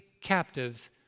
captives